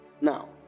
Now